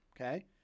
okay